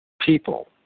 people